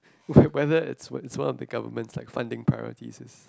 but whether it's one one of the government's like funding priorities is